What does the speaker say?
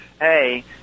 Hey